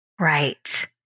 Right